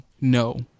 no